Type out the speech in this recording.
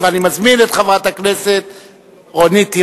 אורית נוקד.